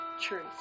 truth